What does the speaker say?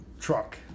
truck